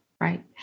right